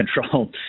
control